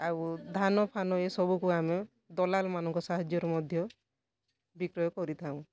ଆଉ ଧାନଫାନ ଏସବୁକୁ ଆମେ ଦଲାଲ୍ମାନଙ୍କ ସାହାଯ୍ୟରେ ମଧ୍ୟ ବିକ୍ରୟ କରିଥାଉ